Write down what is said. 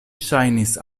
ŝajnis